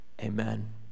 Amen